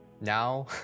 now